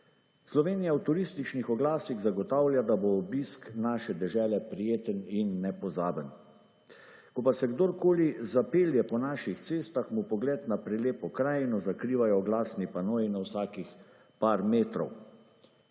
Slovenija v turističnih oglasih zagotavlja, da bo obisk naše dežele prijeten in nepozaben. Ko pa se kdorkoli zapelje po naših cestah mu pogled na prelepo krajino zakrivajo oglasni panoji na vsakih par metrov.